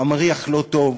המריח לא טוב,